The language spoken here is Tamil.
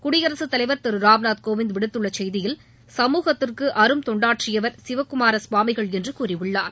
குடியரசுத் தலைவர் திரு ராம்நாத் கோவிந்த் விடுத்துள்ள சுய்தியில் சமூகத்திற்கு அரும்தொண்டாற்றியவர் சிவக்குமார சுவாமிகள் என்று கூறியுள்ளார்